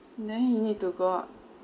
then he need to go out